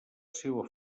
seua